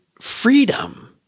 freedom